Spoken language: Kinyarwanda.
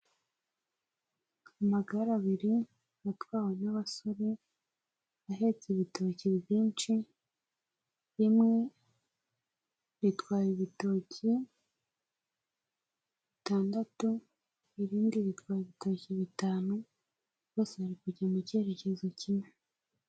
Amagare abiri atwawe n'abasore ahetse ibitoki byinshi rimwe ritwaye ibitoki bitandatu, irindi ritwaye ibitoki bitanu bose bari kujya mu cyerekezo kimwe.